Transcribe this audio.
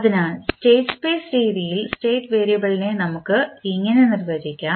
അതിനാൽ state space രീതിയിൽ state variable നെ നമുക്ക് ഇങ്ങനെ നിർവചിക്കാം